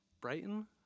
Brighton